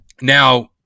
now